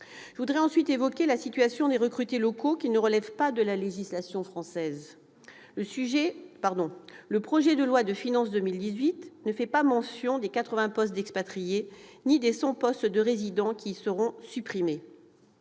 Je voudrais ensuite évoquer la situation des recrutés locaux qui ne relèvent pas de la législation française. Le projet de loi de finances pour 2018 ne fait pas mention des 80 postes d'expatrié et des 100 postes de résident qui seront supprimés.